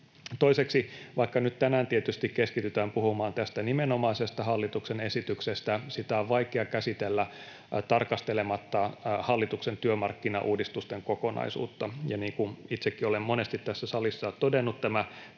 Toiseksi, vaikka nyt tänään tietysti keskitytään puhumaan tästä nimenomaisesta hallituksen esityksestä, sitä on vaikea käsitellä tarkastelematta hallituksen työmarkkinauudistusten kokonaisuutta. Niin kuin itsekin olen monesti tässä salissa todennut, tämä